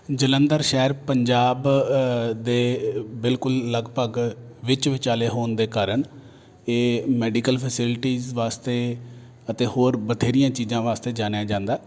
ਜਲੰਧਰ ਸ਼ਹਿਰ ਪੰਜਾਬ ਦੇ ਬਿਲਕੁਲ ਲਗਭਗ ਵਿੱਚ ਵਿਚਾਲੇ ਹੋਣ ਦੇ ਕਾਰਨ ਇਹ ਮੈਡੀਕਲ ਫੈਸਿਲਿਟੀਜ਼ ਵਾਸਤੇ ਅਤੇ ਹੋਰ ਬਥੇਰੀਆਂ ਚੀਜ਼ਾਂ ਵਾਸਤੇ ਜਾਣਿਆ ਜਾਂਦਾ